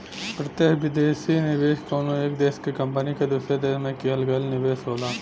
प्रत्यक्ष विदेशी निवेश कउनो एक देश क कंपनी क दूसरे देश में किहल गयल निवेश होला